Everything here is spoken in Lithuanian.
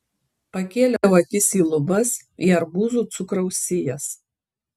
pakėliau akis į lubas į arbūzų cukraus sijas